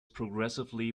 progressively